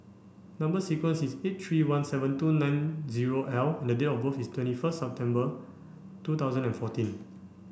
number sequence is S eight three one seven two nine zero L and date of birth is twenty first September two thousand and fourteen